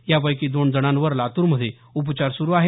यापैकी दोन जणांवर लातूरमध्ये उपचार सुरू आहेत